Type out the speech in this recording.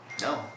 No